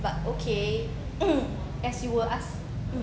but okay as you were ask~ mm